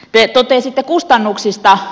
te totesitte kustannuksista